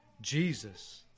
Jesus